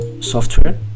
software